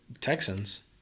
Texans